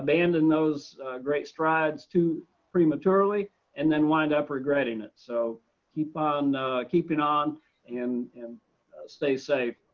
abandon those great strides too prematurely and then wind up regretting it, so keep on keeping on and and stay safe.